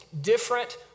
different